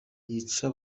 yica